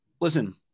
listen